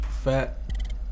fat